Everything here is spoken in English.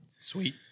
Sweet